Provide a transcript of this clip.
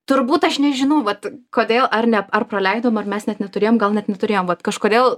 turbūt aš nežinau vat kodėl ar ne ar praleidom ar mes net neturėjom gal net neturėjom vat kažkodėl